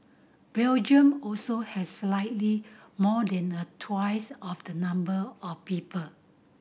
Belgium also has slightly more than a twice of the number of people